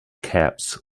caps